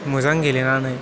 मोजां गेलेनानै